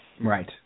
Right